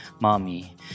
mommy